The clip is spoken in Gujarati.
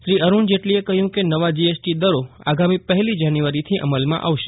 શ્રી અરૂણ જેટલીએ કહ્યું કે નવા જીએસટી દરો આગામી પહેલી જાન્યુઆરીથી અમલમાં આવશે